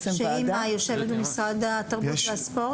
האם היא גוף עצמאי?